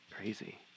Crazy